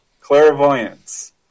clairvoyance